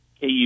KU